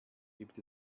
gibt